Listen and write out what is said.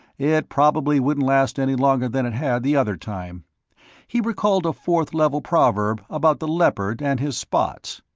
it probably wouldn't last any longer than it had, the other time he recalled a fourth level proverb about the leopard and his spots.